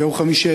ביום חמישי,